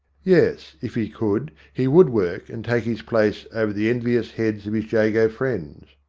yes, if he could, he would work and take his place over the envious heads of his jago friends.